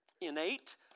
innate